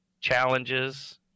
challenges